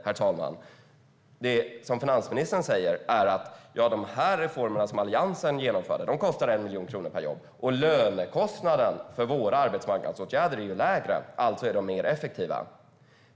Hon säger att lönekostnaden för regeringens arbetsmarknadsåtgärder är lägre än Alliansens och alltså mer effektiva.